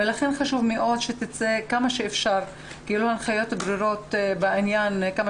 לכן חשוב מאוד שייצאו הנחיות ברורות בעניין כמה